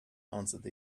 answered